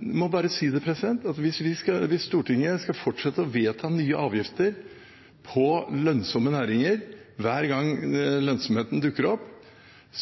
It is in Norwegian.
må bare si at hvis Stortinget skal fortsette å vedta nye avgifter på lønnsomme næringer hver gang lønnsomheten dukker opp,